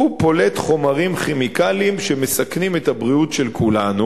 הוא פולט חומרים כימיקלים שמסכנים את הבריאות של כולנו,